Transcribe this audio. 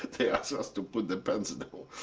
they asked us to put the pants